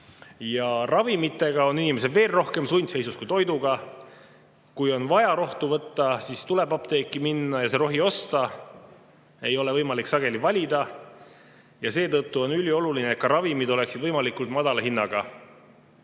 toidutootjaid. Ravimitega on inimesed veel rohkem sundseisus kui toiduga. Kui on vaja rohtu võtta, siis tuleb apteeki minna ja see rohi osta. Sageli ei ole võimalik valida. Seetõttu on ülioluline, et ka ravimid oleksid võimalikult madala hinnaga.